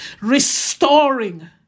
restoring